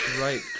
right